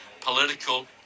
political